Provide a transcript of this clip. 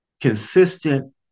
consistent